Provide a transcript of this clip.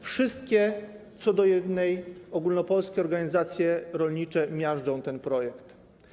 Wszystkie, co do jednej, ogólnopolskie organizacje rolnicze miażdżą ten projekt.